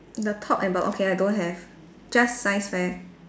the top and bot~ okay I don't have just science fair